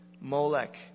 Molech